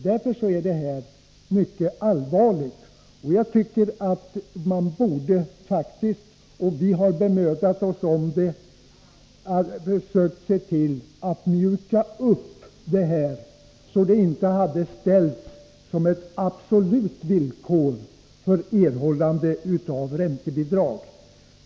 Därför är den här kopplingen mycket allvarlig, och jag tycker att man borde — vi har bemödat oss om det — ha försökt åstadkomma en uppmjukning så att det inte hade ställts som ett absolut villkor för erhållande av räntebidrag.